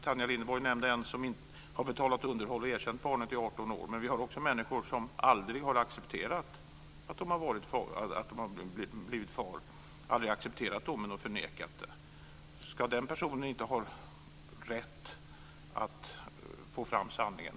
Tanja Linderborg nämnde en man som har betalat underhåll och erkänt barnet i 18 år. Men det finns också män som aldrig har accepterat domen och förnekat faderskapet. Ska de personerna inte ha rätt att få fram sanningen?